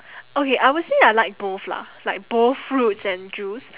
okay I would say I like both lah like both fruits and juice